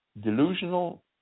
delusional